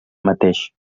mateix